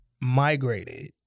migrated